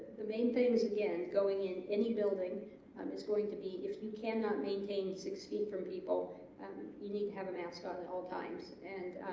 the main things again going in any building um it's going to be if you cannot maintain six feet from people and you need to have a mask on at all times and